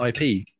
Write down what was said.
IP